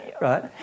right